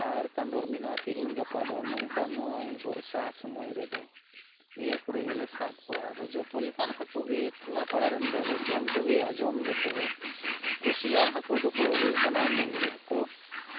ᱟᱨ ᱠᱟᱫᱚᱨ ᱢᱮᱱᱟᱜ ᱛᱤᱦᱤᱧ ᱜᱟᱯᱟ ᱫᱚ ᱱᱚᱝᱠᱟ ᱱᱚᱜ ᱚᱭ ᱵᱚᱨᱥᱟ ᱥᱳᱢᱚᱭ ᱨᱮᱫᱚ ᱱᱤᱭᱟᱹ ᱠᱚᱨᱮ ᱜᱮᱞᱮ ᱥᱟᱵ ᱠᱚᱣᱟ ᱡᱚᱛᱚ ᱞᱮᱠᱟᱱ ᱦᱟᱹᱠᱩ ᱜᱮ ᱴᱚᱞᱟ ᱯᱟᱲᱟᱨᱮᱱ ᱫᱚᱞᱮ ᱡᱚᱢ ᱠᱚᱜᱮᱭᱟ ᱡᱚᱢ ᱫᱚ ᱛᱚᱵᱮ ᱠᱩᱥᱤᱭᱟᱜ ᱦᱟᱹᱠᱩ ᱫᱚᱠᱚ ᱦᱩᱭᱩᱜ ᱠᱟᱱᱟ ᱢᱟᱹᱝᱨᱤ ᱦᱟᱹᱠᱩ